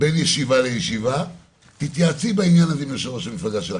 למד תואר ראשון,